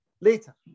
later